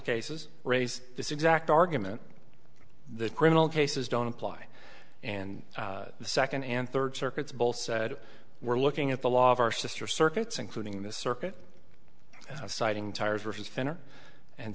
cases raise this exact argument the criminal cases don't apply and the second and third circuits both said we're looking at the law of our sister circuits including the circuit citing tires for his finger and